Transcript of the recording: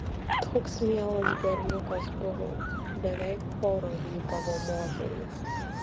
toks mielas berniukas buvo beveik choru rypavo moterys